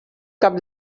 cap